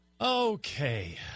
Okay